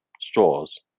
straws